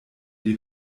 die